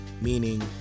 meaning